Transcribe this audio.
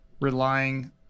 relying